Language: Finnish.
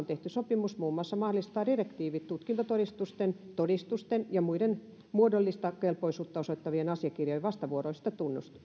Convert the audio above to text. tehty sopimus muun muassa mahdollistaa direktiivit tutkintotodistusten todistusten ja muiden muodollista kelpoisuutta osoittavien asiakirjojen vastavuoroisesta